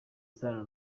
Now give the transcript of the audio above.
isano